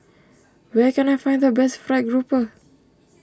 where can I find the best Fried Grouper